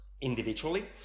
individually